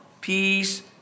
peace